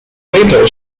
later